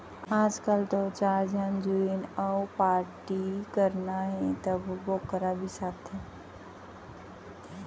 आजकाल तो चार झन जुरिन अउ पारटी करना हे तभो बोकरा बिसाथें